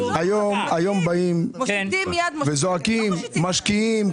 היום באים וזועקים משקיעים,